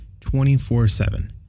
24-7